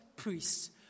priests